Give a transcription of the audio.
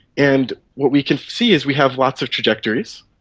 and what we can see is we have lots of trajectories,